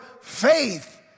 faith